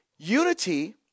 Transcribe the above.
Unity